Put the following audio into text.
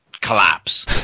collapse